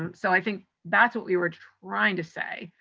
um so i think that's what we were trying to say.